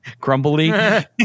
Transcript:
Crumbly